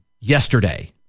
yesterday